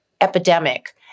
epidemic